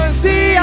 see